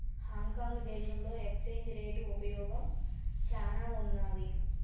Hong Kong దేశంలో exchange rate ఉపయోగం చానా ఉన్నాది